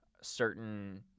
certain